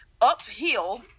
uphill